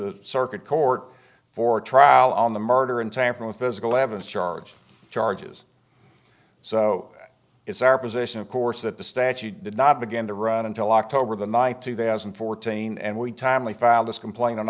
the circuit court for a trial on the murder and tampering with physical evidence charge charges so it's our position of course that the statute did not begin to run until october the night two thousand and fourteen and we timely filed this complaint